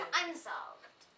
unsolved